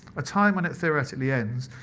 a time when it theoretically ends,